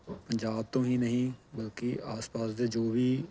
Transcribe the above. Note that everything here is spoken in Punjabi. ਪੰਜਾਬ ਤੋਂ ਹੀ ਨਹੀਂ ਬਲਕਿ ਆਸ ਪਾਸ ਦੇ ਜੋ ਵੀ